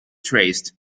traced